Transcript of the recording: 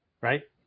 right